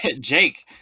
Jake